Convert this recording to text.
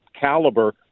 caliber